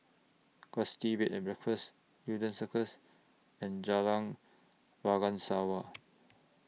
Gusti Bed and Breakfast Newton Circus and Jalan